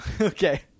Okay